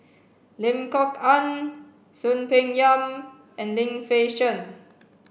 Lim Kok Ann Soon Peng Yam and Lim Fei Shen